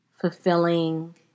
fulfilling